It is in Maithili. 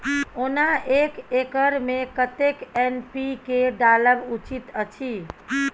ओना एक एकर मे कतेक एन.पी.के डालब उचित अछि?